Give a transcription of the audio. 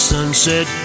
Sunset